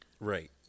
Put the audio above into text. Right